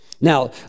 Now